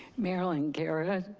marilyn garrett.